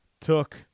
took